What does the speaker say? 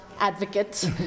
advocate